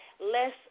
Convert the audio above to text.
Less